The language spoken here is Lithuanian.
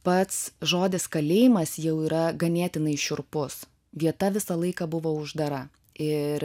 pats žodis kalėjimas jau yra ganėtinai šiurpus vieta visą laiką buvo uždara ir